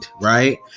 right